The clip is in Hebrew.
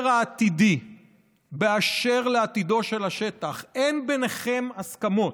העתידי באשר לעתידו של השטח אין הסכמות,